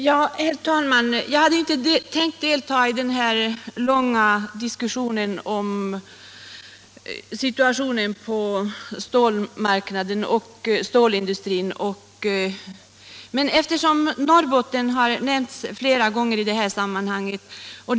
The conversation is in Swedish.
Herr talman! Jag hade inte tänkt delta i den här långa diskussionen om situationen på stålmarknaden och inom stålindustrin. Men eftersom Norrbotten nämnts flera gånger vill jag göra det ändå.